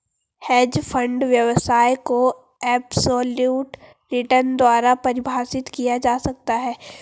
hedge fund व्यवसाय को absolute return द्वारा परिभाषित किया जा सकता है